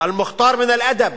"אלמוח'תאר מן אל-אדב